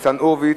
ניצן הורוביץ.